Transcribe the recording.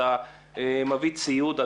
אתה מביא ציוד,